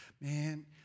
man